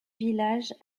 village